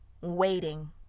waiting